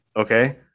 okay